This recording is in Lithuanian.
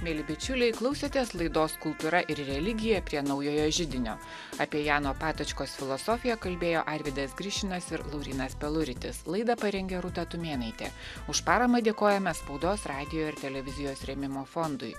mieli bičiuliai klausėtės laidos kultūra ir religija prie naujojo židinio apie jano patočkos filosofiją kalbėjo arvydas grišinas ir laurynas peluritis laidą parengė rūta tumėnaitė už paramą dėkojame spaudos radijo ir televizijos rėmimo fondui